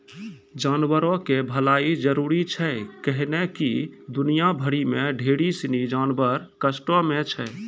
जानवरो के भलाइ जरुरी छै कैहने कि दुनिया भरि मे ढेरी सिनी जानवर कष्टो मे छै